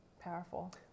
powerful